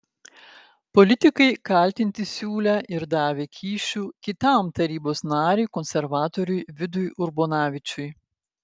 politikai kaltinti siūlę ir davę kyšių kitam tarybos nariui konservatoriui vidui urbonavičiui